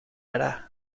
ara